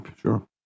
Sure